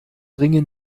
ringen